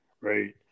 right